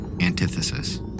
Antithesis